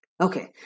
Okay